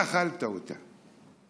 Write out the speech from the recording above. אכלת אותה,